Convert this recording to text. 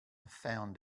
found